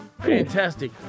Fantastic